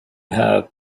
have